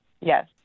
Yes